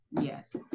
yes